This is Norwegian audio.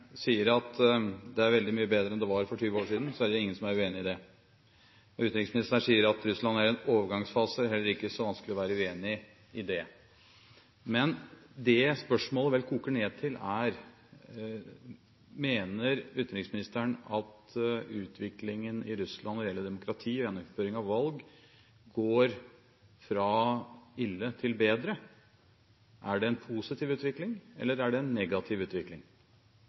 sier at det er veldig mye bedre enn det var for 20 år siden, er det ingen som er uenig i det. Utenriksministeren sier at Russland er i en overgangsfase; det er heller ikke så vanskelig å være uenig i det. Men det spørsmålet koker ned til, er: Mener utenriksministeren at utviklingen i Russland når det gjelder demokrati og gjennomføring av valg, går fra ille til bedre? Er det en positiv utvikling, eller er det en negativ utvikling?